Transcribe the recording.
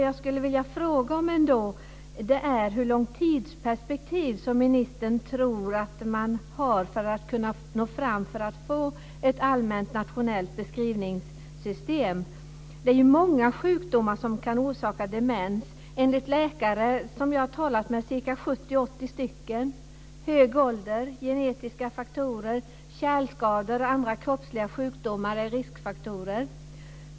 Jag skulle vilja fråga ministern hur långt tidsperspektiv som han tror att det krävs för att man ska få ett nationellt beskrivningssystem. Det är många sjukdomar som kan orsaka demens. Jag har talat med 70-80 läkare, och enligt dessa är riskfaktorerna hög ålder, genetiska faktorer, kärlskador och andra kroppsliga sjukdomar.